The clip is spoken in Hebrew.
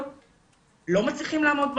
לא מצליחים לעמוד בעומסים.